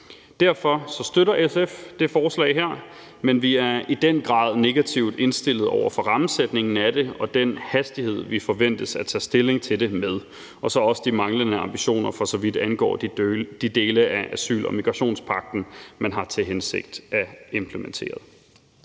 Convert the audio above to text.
Derfor støtter SF det her forslag, men vi er i den grad negativt indstillet over for rammesætningen af det og den hastighed, vi forventes at tage stilling til det med, og så også de manglende ambitioner, for så vidt angår de dele af asyl- og migrationsmagten, man har til hensigt at implementere.